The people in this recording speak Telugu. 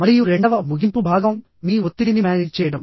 మరియు రెండవ ముగింపు భాగం మీ ఒత్తిడిని మేనేజ్ చేయడం